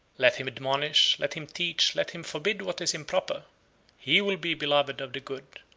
let him admonish, let him teach, let him forbid what is improper he will be beloved of the good,